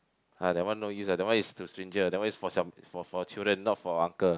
ah that one no use ah that one is to that one is for some for for children not for uncle